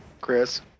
Chris